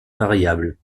variable